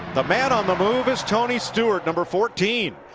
the man on the move is tony stewart. number fourteen.